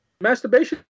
Masturbation